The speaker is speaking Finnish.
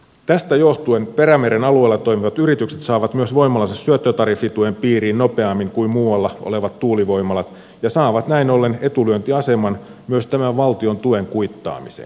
tästä johtuen perämeren alueella toimivat yritykset saavat myös voimalansa syöttötariffituen piiriin nopeammin kuin muualla olevat tuulivoimalat ja saavat näin ollen etulyöntiaseman myös tämän valtion tuen kuittaamiseen